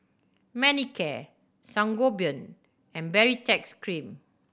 Manicare Sangobion and Baritex Cream